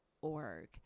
org